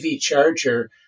charger